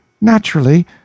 Naturally